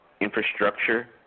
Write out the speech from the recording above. infrastructure